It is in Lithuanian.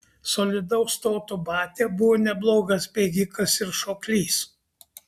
solidaus stoto batia buvo neblogas bėgikas ir šoklys